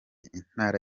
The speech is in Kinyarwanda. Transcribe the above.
intara